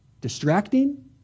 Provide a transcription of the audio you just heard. distracting